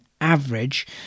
average